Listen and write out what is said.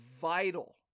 vital